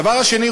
הדבר השני,